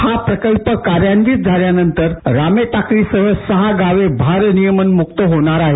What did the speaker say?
हा प्रकल्प कार्यान्वित झाल्यानंतर रामेटाकळीसह सहा गावे भारनियमनम्क्त होणार आहेत